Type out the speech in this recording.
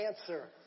answer